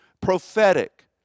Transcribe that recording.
prophetic